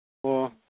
ꯑꯣ